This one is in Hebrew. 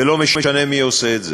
ולא משנה מי עושה את זה,